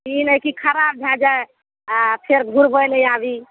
ई नहि कि खराब भए जाइ आ फेर घुरबै लए आबी